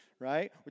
right